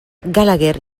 gallagher